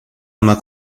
una